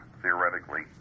theoretically